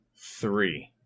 three